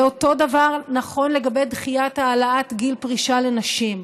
ואותו דבר נכון לגבי דחיית העלאת גיל פרישה לנשים.